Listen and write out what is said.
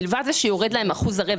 מלבד זה שיורד להן אחוז הרווח.